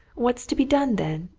what's to be done, then,